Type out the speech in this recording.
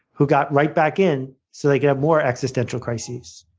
who got right back in so they could have more existential crises.